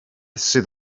sydd